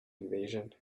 invasion